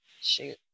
Shoot